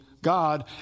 God